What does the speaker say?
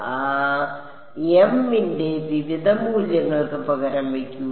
അതിനാൽ m ന്റെ വിവിധ മൂല്യങ്ങൾക്ക് പകരം വയ്ക്കുക